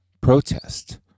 protest